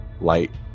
light